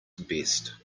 best